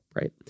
right